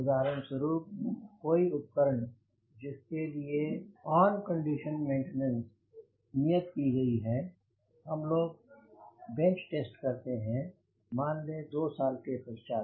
उदाहरण स्वरूप कोई भी उपकरण जिसके लिए कौन कंडीशन मेंटेनेंस नियत की गई है हम लोग बेंच टेस्ट करते हैं मान लें 2 साल के पश्चात